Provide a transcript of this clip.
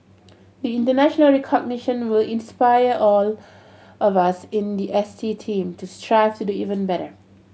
be international recognition will inspire all of us in the S T team to strive to do even better